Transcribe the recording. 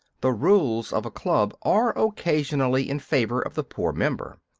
the rules of a club are occasionally in favour of the poor member.